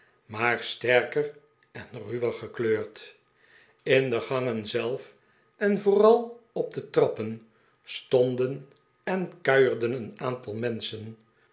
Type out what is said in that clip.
maar sterker en ruwer gekleurd in de gangen zelf en vooral op de trappen stonden en kuierden een aantal mensehen